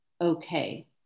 okay